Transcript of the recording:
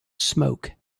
smoke